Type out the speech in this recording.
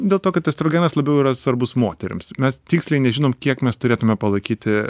dėl to kad estrogenas labiau yra svarbus moterims mes tiksliai nežinom kiek mes turėtume palaikyti